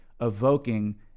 evoking